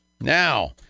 Now